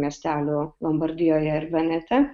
miestelių lombardijoje ir venete